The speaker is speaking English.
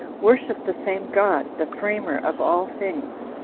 worship the same god the framer of all things.